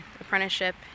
apprenticeship